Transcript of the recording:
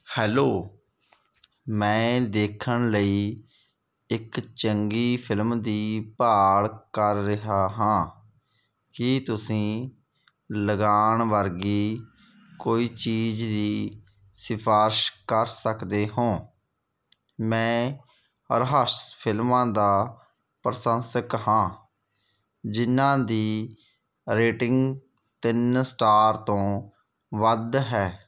hello ਮੈਂ ਦੇਖਣ ਲਈ ਇੱਕ ਚੰਗੀ ਫਿਲਮ ਦੀ ਭਾਲ ਕਰ ਰਿਹਾ ਹਾਂ ਕੀ ਤੁਸੀਂ ਲਗਾਨ ਵਰਗੀ ਕੋਈ ਚੀਜ਼ ਦੀ ਸਿਫਾਰਸ਼ ਕਰ ਸਕਦੇ ਹੋ ਮੈਂ ਰਹੱਸ ਫਿਲਮਾਂ ਦਾ ਪ੍ਰਸ਼ੰਸਕ ਹਾਂ ਜਿਨ੍ਹਾਂ ਦੀ ਰੇਟਿੰਗ ਤਿੰਨ ਸਟਾਰ ਤੋਂ ਵੱਧ ਹੈ